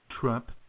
Trump